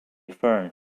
fern